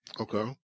Okay